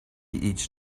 each